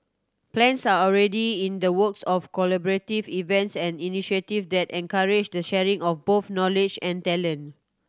plans are already in the works of collaborative events and initiatives that encourage the sharing of both knowledge and talent